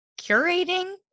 curating